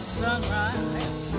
sunrise